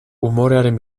umorearen